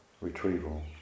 retrieval